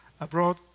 abroad